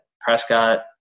Prescott